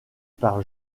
par